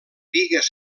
bigues